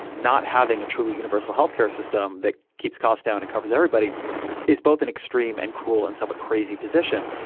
not having a truly universal health care system that keeps costs down and covers everybody is both an extreme and cruel and somewhat crazy position.